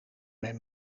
mijn